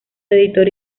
editor